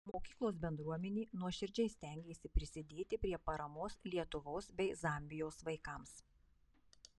mokyklos bendruomenė nuoširdžiai stengėsi prisidėti prie paramos lietuvos bei zambijos vaikams